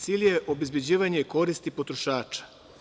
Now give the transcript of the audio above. Cilj je obezbeđivanje koristi potrošača.